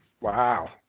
Wow